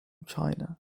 china